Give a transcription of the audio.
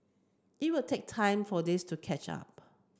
it will take time for this to catch up